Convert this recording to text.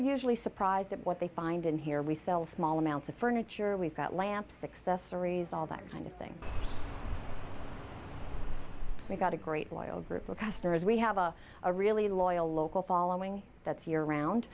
usually surprised at what they find in here we sell small amounts of furniture we've got lamp success stories all that kind of thing we've got a great loyal group of customers we have a a really loyal local following that's year round